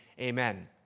Amen